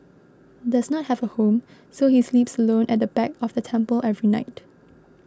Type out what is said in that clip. does not have a home so he sleeps alone at the back of the temple every night